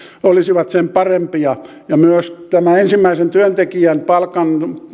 olisivat sen parempia myös tämä ensimmäisen työntekijän palkan